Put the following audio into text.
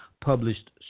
published